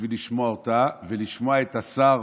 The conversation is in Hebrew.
בשביל לשמוע אותה ולשמוע את השר